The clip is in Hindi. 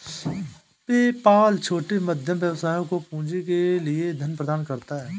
पेपाल छोटे और मध्यम व्यवसायों को पूंजी के लिए धन प्रदान करता है